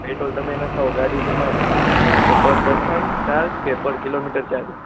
petrol તમે નખાવો ગાડી તમારી તો પર પર્સન ચાર્જ કે પર કિલોમીટર ચાર્જ